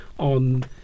on